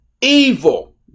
evil